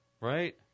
right